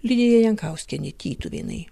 lidija jankauskienė tytuvėnai